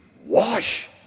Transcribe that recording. Wash